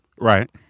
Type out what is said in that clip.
right